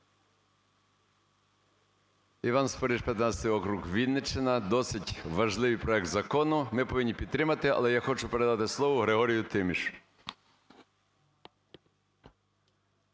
Іван Спориш, 15 округ, Вінниччина. Досить важливий проект закону, ми повинні підтримати. Але я хочу передати слово Григорію Тімішу.